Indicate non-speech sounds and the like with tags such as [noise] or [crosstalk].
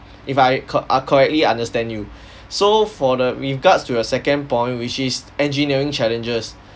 if I cor~ I correctly understand you [breath] so for the regards to your second point which is engineering challenges